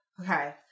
Okay